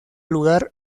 lugar